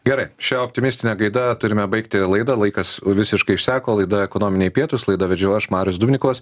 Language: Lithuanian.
gerai šia optimistine gaida turime baigti laidą laikas visiškai išseko laidoj ekonominiai pietūs laidą vedžiau aš marius dubnikovas